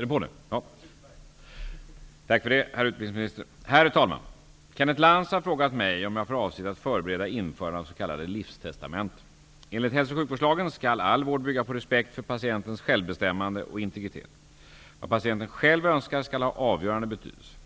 den på nu? Tack för det, herr utbildningsminister. Herr talman! Kenneth Lantz har frågat mig om jag har för avsikt att förbereda införande av s.k. Enligt hälso och sjukvårdslagen skall all vård bygga på respekt för patientens självbestämmande och integritet. Vad patienten själv önskar skall ha avgörande betydelse.